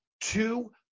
two